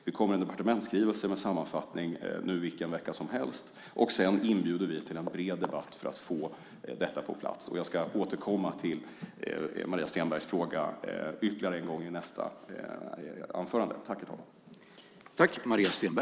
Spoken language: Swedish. Det kommer en departementsskrivelse med en sammanfattning nu vilken vecka som helst. Sedan inbjuder vi till en bred debatt för att få det på plats. Jag ska återkomma till Maria Stenbergs fråga ytterligare en gång i mitt nästa anförande.